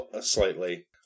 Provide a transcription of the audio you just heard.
slightly